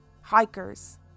Hikers